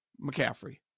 McCaffrey